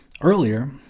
Earlier